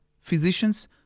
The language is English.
physicians